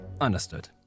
Understood